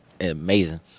amazing